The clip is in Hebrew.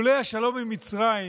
אילולא השלום עם מצרים